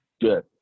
Good